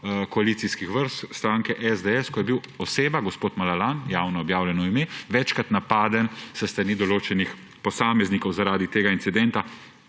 koalicijskih vrst, stranke SDS, ko je bila oseba gospod Malalan, ime je javno objavljeno, večkrat napadena s strani določenih posameznikov zaradi tega incidenta,